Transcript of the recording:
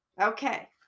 Okay